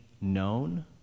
known